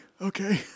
okay